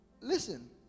listen